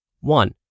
One